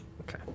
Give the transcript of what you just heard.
Okay